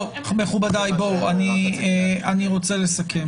מכובדיי, אני רוצה לסכם.